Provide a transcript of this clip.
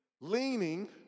leaning